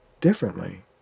differently